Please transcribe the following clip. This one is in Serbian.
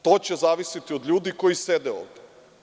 To će zavisiti od ljudi koji sede ovde.